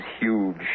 huge